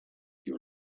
you